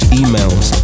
emails